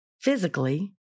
physically